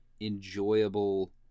enjoyable